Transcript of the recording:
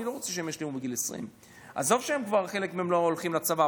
אני לא רוצה שהם ישלימו בגיל 20. עזוב שכבר חלק מהם לא הולכים לצבא,